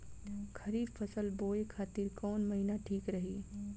खरिफ फसल बोए खातिर कवन महीना ठीक रही?